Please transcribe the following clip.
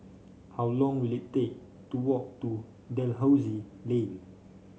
how long will it take to walk to Dalhousie Lane